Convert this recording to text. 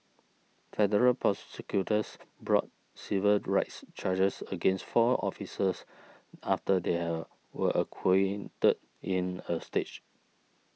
federal prosecutors brought civil rights charges against four officers after they are were acquitted in a stage